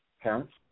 Parents